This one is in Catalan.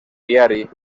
diari